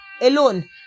alone